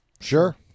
Sure